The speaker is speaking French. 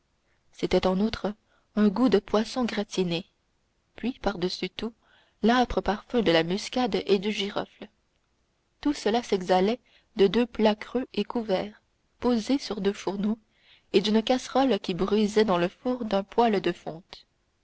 c'était en outre un goût de poisson gratiné puis par-dessus tout l'âpre parfum de la muscade et du girofle tout cela s'exhalait de deux plats creux et couverts posés sur deux fourneaux et d'une casserole qui bruissait dans le four d'un poêle de fonte